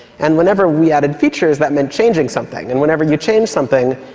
and whenever we added features, that meant changing something. and whenever you change something,